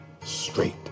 straight